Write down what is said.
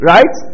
Right